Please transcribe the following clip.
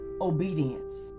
Obedience